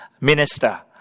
minister